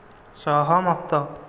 ସହମତ